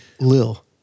Lil